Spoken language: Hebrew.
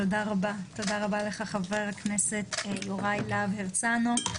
תודה רבה לך, חבר הכנסת יוראי להב הרצנו.